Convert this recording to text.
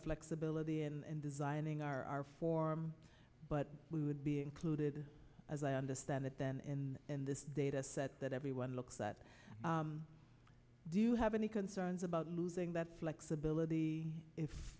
flexibility and designing our form but we would be included as i understand it then and and this dataset that everyone looks at do you have any concerns about losing that flexibility if